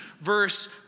verse